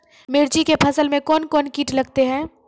मिर्ची के फसल मे कौन कौन कीट लगते हैं?